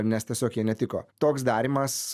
nes tiesiog jie netiko toks darymas